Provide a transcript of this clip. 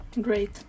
Great